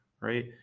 right